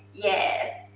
yes.